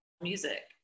music